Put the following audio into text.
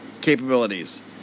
Capabilities